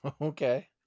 Okay